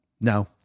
no